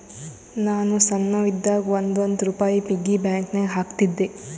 ನಾನು ಸಣ್ಣವ್ ಇದ್ದಾಗ್ ಒಂದ್ ಒಂದ್ ರುಪಾಯಿ ಪಿಗ್ಗಿ ಬ್ಯಾಂಕನಾಗ್ ಹಾಕ್ತಿದ್ದೆ